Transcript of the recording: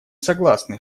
согласны